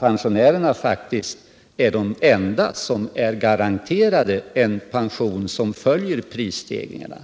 Pensionärerna är ju faktiskt de enda som är garanterade en inkomst som följer prisstegringarna.